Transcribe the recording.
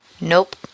Nope